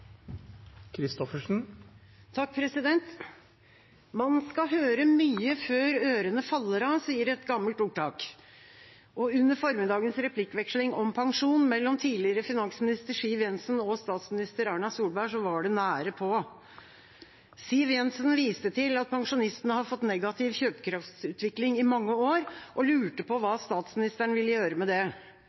skal høre mye før ørene faller av», sier et gammelt ordtak. Under formiddagens replikkveksling om pensjon mellom tidligere finansminister Siv Jensen og statsminister Erna Solberg var det nære på. Siv Jensen viste til at pensjonistene har fått negativ kjøpekraftsutvikling i mange år og lurte på hva statsministeren ville gjøre med det.